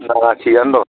थिगानो दं